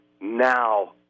now